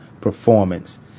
Performance